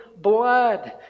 blood